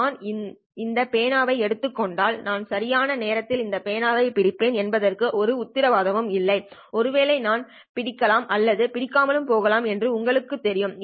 நான் இந்த பேனாவை எடுத்துக்கொண்டால் நான் சரியான நேரத்தில் இந்த பேனாவைப் பிடிப்பேன் என்பதற்கு எந்த உத்தரவாதமும் இல்லை ஒருவேளை நான் பிடிக்கலாம் அல்லது பிடிக்காமலும் போகலாம் என்று உங்களுக்குத் தெரியும்